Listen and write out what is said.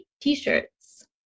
t-shirts